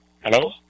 Hello